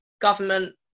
government